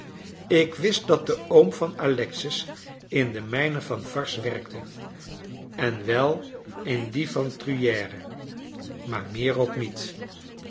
ik wist dat de oom van alexis in de mijnen van varses werkte en wel in die van truyère maar meer ook niet